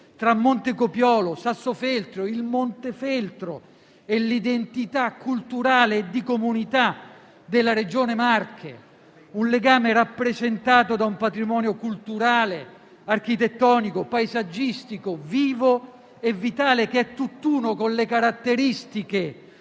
tra Montecopiolo, Sassofeltrio, il Montefeltro e l'identità culturale e di comunità della Regione Marche, un legame rappresentato da un patrimonio culturale, architettonico, paesaggistico vivo e vitale, che è tutt'uno con le caratteristiche